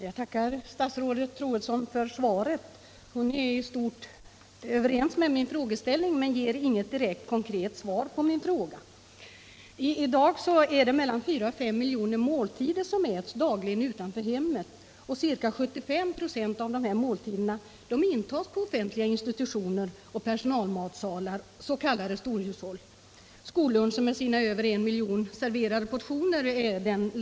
Herr talman! Jag tackar statsrådet Troedsson för svaret. Hon är i stort överens med mig om frågeställningen men ger inget direkt konkret svar på min fråga. F. n. äts mellan 4 och 5 miljoner måltider dagligen utanför hemmet. Ca 75 96 av dessa måltider intas på offentliga institutioner och personalmatsalar, s.k. storhushåll. Skolluncher med sina över 1 miljon serverade portioner är ledande.